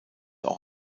auch